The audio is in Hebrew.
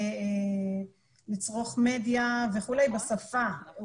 לצרוך מדיה וכו' בשפה,